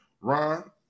Ron